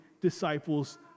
disciples